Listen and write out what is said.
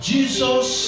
Jesus